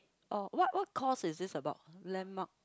orh what what course is this about landmark